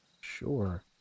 Sure